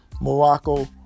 Morocco